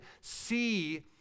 see